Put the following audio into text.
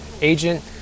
agent